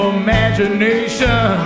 imagination